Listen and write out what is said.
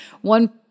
one